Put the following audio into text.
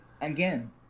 Again